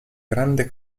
grande